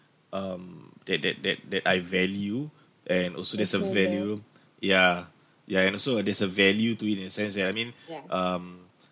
um that that that that I value and also there's a value ya ya and also when there's a value to it in a sense that I mean um